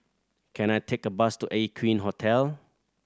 can I take a bus to Aqueen Hotel